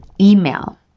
email